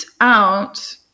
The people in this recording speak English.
out